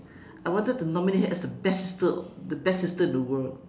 I wanted to nominate her as the best sister the best sister in the world